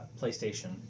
Playstation